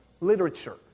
literature